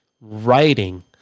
writing